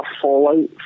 fallout